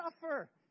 suffer